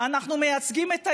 אני מאמין,